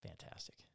Fantastic